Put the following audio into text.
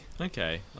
Okay